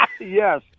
Yes